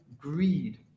greed